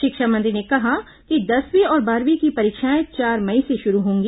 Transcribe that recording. शिक्षा मंत्री ने कहा कि दसवीं और बारहवीं की परीक्षाएं चार मई से शुरू होंगी